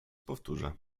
powtórzę